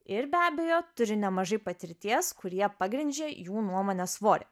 ir be abejo turi nemažai patirties kur jie pagrindžia jų nuomonės svorį